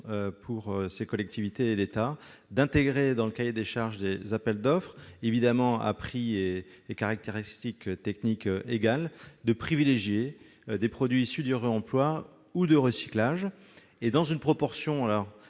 pour les collectivités et l'État, de privilégier, dans le cahier des charges de leurs appels d'offres, évidemment à prix et à caractéristiques techniques équivalents, des produits issus du réemploi ou de recyclage, dans une proportion